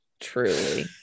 Truly